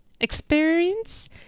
experience